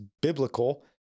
biblical